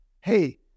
Hey